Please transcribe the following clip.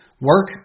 Work